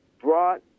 brought